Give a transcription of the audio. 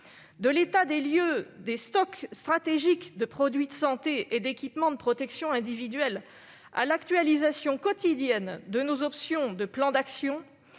De l'état des lieux des stocks stratégiques de produits de santé et d'équipements de protection individuelle à l'actualisation quotidienne de nos options de plans d'action,